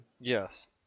Yes